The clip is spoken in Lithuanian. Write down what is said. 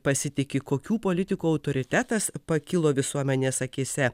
pasitiki kokių politikų autoritetas pakilo visuomenės akyse